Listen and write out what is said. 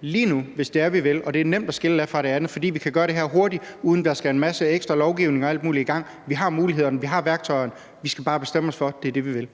lige nu, hvis det er, at vi vil, og det er nemt at adskille fra det andet, fordi vi kan gøre det her hurtigt, uden at der skal en masse ekstra lovgivning og alt muligt i gang. Vi har mulighederne, vi har værktøjerne, vi skal bare bestemme os for, at det er det, vi vil.